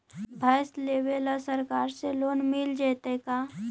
भैंस लेबे ल सरकार से लोन मिल जइतै का?